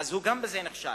גם בזה הוא נכשל.